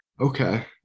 okay